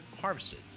harvested